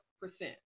percent